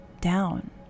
down